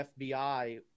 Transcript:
FBI